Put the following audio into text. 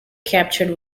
captured